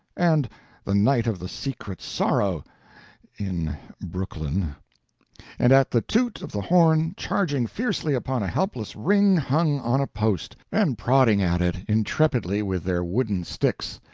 and the knight of the secret sorrow in brooklyn and at the toot of the horn charging fiercely upon a helpless ring hung on a post, and prodding at it intrepidly with their wooden sticks,